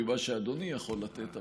ממה שאדוני יכול לתת.